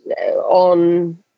on –